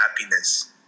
happiness